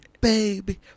baby